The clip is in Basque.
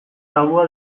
tabua